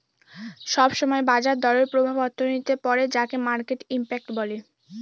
সব সময় বাজার দরের প্রভাব অর্থনীতিতে পড়ে যাকে মার্কেট ইমপ্যাক্ট বলে